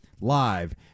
live